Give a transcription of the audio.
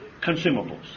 consumables